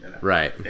Right